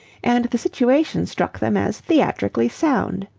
and the situation struck them as theatrically sound.